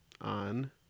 On